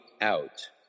out